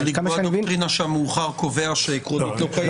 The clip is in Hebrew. או לקבוע דוקטרינה שהמאוחר קובע שעקרונית לא קיימת.